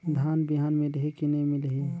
धान बिहान मिलही की नी मिलही?